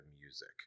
music